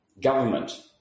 government